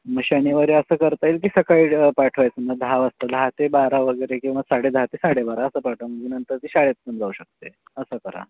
मग शनिवारी असं करता येईल की सकाळी तिला पाठवायचं मग दहा वाजता दहा ते बारा वगैरे किंवा साडे दहा ते साडेबारा असं पाठवा म्हणजे नंतर ती शाळेत पण जाऊ शकते असं करा